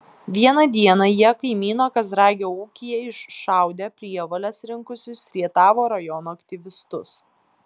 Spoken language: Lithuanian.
vieną dieną jie kaimyno kazragio ūkyje iššaudė prievoles rinkusius rietavo rajono aktyvistus